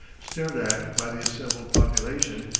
stared at by the assembled population,